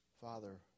Father